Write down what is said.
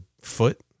foot